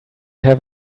have